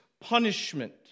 punishment